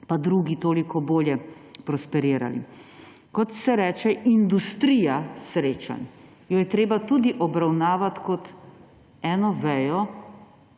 pa drugi toliko bolje prosperirali. Kot se reče industrija srečanj, jo je treba tudi obravnavat kot eno vejo